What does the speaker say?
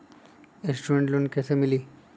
Student loan कैसे मिली?